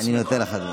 אני נותן לך.